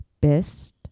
best